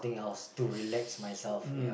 um